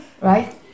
Right